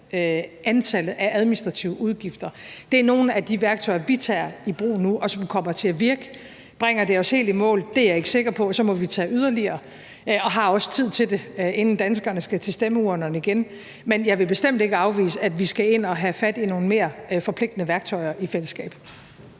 antallet af administrative udgifter, er nogle af de værktøjer, vi tager i brug nu, og som kommer til at virke. Bringer det os helt i mål? Det er ikke sikker på. Så må vi tage yderligere initiativer og har også tid til det, inden danskerne skal til stemmeurnerne igen. Men jeg vil bestemt ikke afvise, at vi skal ind at have fat i nogle mere forpligtende værktøjer i fællesskab.